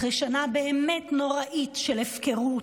אחרי שנה באמת נוראית של הפקרות,